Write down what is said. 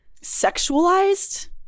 sexualized